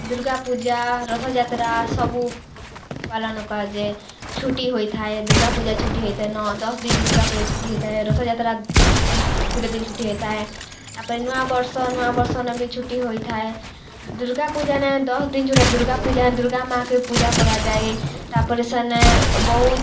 ଦୁର୍ଗାପୂଜା ରଥଯାତ୍ରା ସବୁ ପାଲନ କରାଯାଏ ଛୁଟି ହୋଇଥାଏ ଦୁର୍ଗାପୂଜା ଛୁଟି ହୋଇଥାଏ ନଅ ଦଶ୍ ଦିନ୍ ଦୁର୍ଗାପୂଜା ଛୁଟି ହୋଇଥାଏ ରଥଯାତ୍ରା ଗୁଟେ ଦିନ୍ ଛୁଟି ହୋଇଥାଏ ତା'ପରେ ନୂଆବର୍ଷ ନୂଆବର୍ଷନେ ବି ଛୁଟି ହୋଇଥାଏ ଦୁର୍ଗାପୂଜାନେ ଦଶ୍ ଦିନ୍ ଛୁଟି ଦୁର୍ଗା ପୂଜାନେ ଦୁର୍ଗା ମାଆକେ ପୂଜା କରାଯାଏ ତା'ପରେ ସେନେ ବହୁତ୍